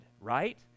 right